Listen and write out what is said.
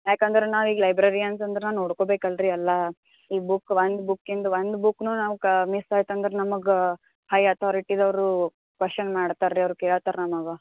ಯಾಕಂದ್ರೆ ನಾವು ಈಗ ಲೈಬ್ರೆರಿ ಅಂತಂದ್ರೆ ನೋಡ್ಕೊಳ್ಬೇಕು ಅಲ್ರಿ ಎಲ್ಲ ಈಗ ಬುಕ್ ಒಂದು ಬುಕಿಂದು ಒಂದು ಬುಕ್ನೂ ನಾವು ಕ ಮಿಸ್ ಆಯಿತಂದ್ರೆ ನಮಗೆ ಹೈ ಆತೋರಿಟಿದವರು ಕ್ವೆಷನ್ ಮಾಡ್ತಾರೆ ರೀ ಅವ್ರು ಕೇಳ್ತಾರೆ ನಮಗೆ